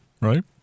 right